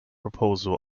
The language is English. proposal